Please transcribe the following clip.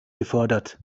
gefordert